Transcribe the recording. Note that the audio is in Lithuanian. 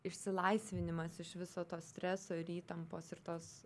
išsilaisvinimas iš viso to streso ir įtampos ir tos